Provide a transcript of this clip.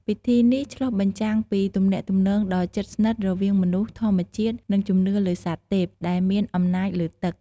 ពិធីនេះឆ្លុះបញ្ចាំងពីទំនាក់ទំនងដ៏ជិតស្និទ្ធរវាងមនុស្ស ធម្មជាតិ និងជំនឿលើសត្វទេពដែលមានអំណាចលើទឹក។